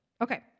Okay